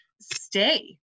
stay